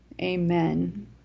Amen